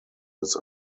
his